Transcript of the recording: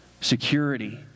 Security